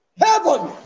heaven